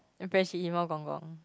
the freshie even gong-gong